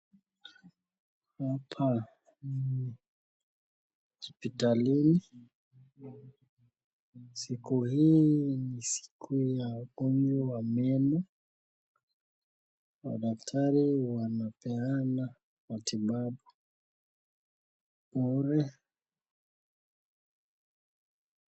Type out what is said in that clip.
Hapa ni hospitalini, siku hii ni siku ya ugonjwa wa meno ,madaktari wanapeana matibabu bure.